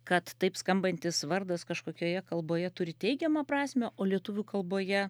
kad taip skambantis vardas kažkokioje kalboje turi teigiamą prasmę o lietuvių kalboje